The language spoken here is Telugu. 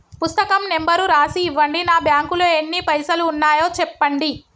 పుస్తకం నెంబరు రాసి ఇవ్వండి? నా బ్యాంకు లో ఎన్ని పైసలు ఉన్నాయో చెప్పండి?